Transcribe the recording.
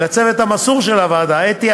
לצוות המסור של הוועדה: אתי,